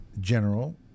general